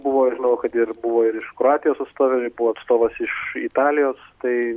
buvo žinau kad ir buvo ir iš kroatijos atstovė ir buvo atstovas iš italijos tai